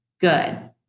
Good